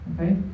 Okay